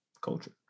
culture